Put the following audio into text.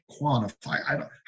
quantify